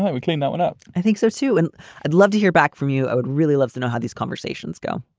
we clean that one up. i think so, too. and i'd love to hear back from you. i would really love to know how these conversations go.